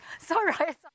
Sorry